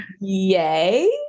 yay